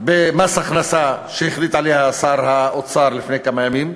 במס הכנסה שהחליט עליו שר האוצר לפני כמה ימים.